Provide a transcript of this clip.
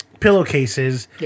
pillowcases